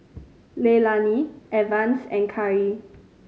Leilani Evans and Khari